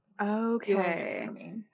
okay